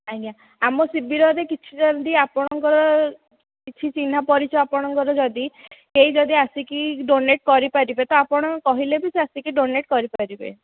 ଆଜ୍ଞା ଆମ ଶିବିରରେ କିଛି ଯେମିତି ଆପଣଙ୍କର କିଛି ଚିହ୍ନା ପରିଚୟ ଆପଣଙ୍କର ଯଦି କେହି ଯଦି ଆସିକି ଡୋନେଟ୍ କରିପାରିବେ ତ ଆପଣ କହିଲେ ବି ସେ ଆସିକି ଡୋନେଟ୍ କରିପାରିବେ